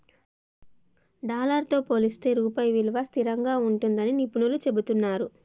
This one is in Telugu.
డాలర్ తో పోలిస్తే రూపాయి విలువ స్థిరంగా ఉంటుందని నిపుణులు చెబుతున్నరు